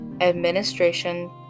Administration